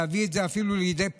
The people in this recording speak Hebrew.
להביא את זה אפילו לידי פטור,